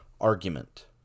argument